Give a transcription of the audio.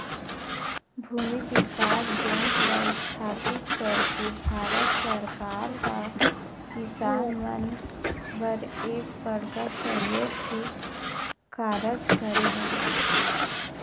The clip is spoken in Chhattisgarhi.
भूमि बिकास बेंक ल इस्थापित करके भारत सरकार ह किसान मन बर एक बड़का सहयोग के कारज करे हवय